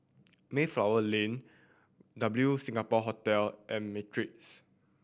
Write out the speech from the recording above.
Mayflower Lane W Singapore Hotel and Matrix